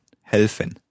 helfen